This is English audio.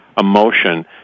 emotion